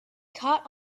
caught